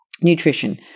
Nutrition